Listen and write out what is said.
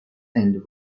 and